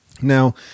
Now